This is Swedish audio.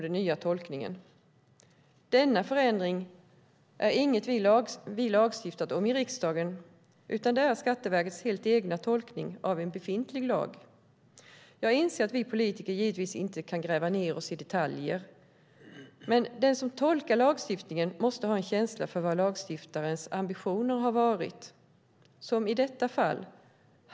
Denna förändring är inget vi lagstiftat om i riksdagen, utan det är Skatteverkets helt egen tolkning av en befintlig lag. Jag inser att vi politiker givetvis inte kan gräva ned oss i detaljer, men den som tolkar lagstiftningen måste ha en känsla för vad lagstiftarens ambition har varit, såsom i detta fall.